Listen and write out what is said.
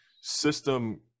System